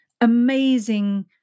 amazing